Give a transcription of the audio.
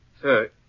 Sir